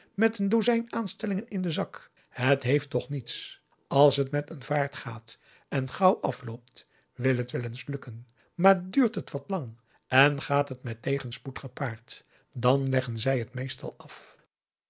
met een dozijn aanstellingen in den zak het geeft toch niets als het met een vaart gaat en gauw afloopt wil het wel eens lukken maar duurt het wat lang en gaat het met tegenspoed gepaard dan leggen zij het meestal af